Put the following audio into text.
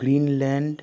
Greenland